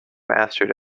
mastered